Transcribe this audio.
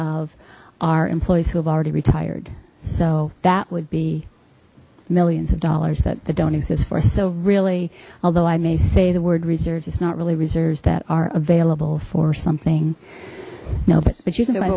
of our employees who have already retired so that would be millions of dollars that the don't exist for so really although i may say the word reserves it's not really reserves that are available for something nobody but you